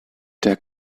der